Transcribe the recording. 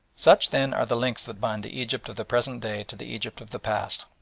such, then, are the links that bind the egypt of the present day to the egypt of the past,